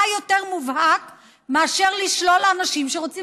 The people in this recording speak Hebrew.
מה יותר מובהק מאשר לשלול לאנשים שרוצים